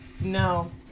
No